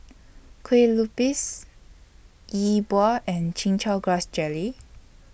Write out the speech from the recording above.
Kue Lupis Yi Bua and Chin Chow Grass Jelly